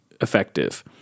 effective